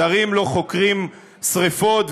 שרים לא חוקרים שרפות,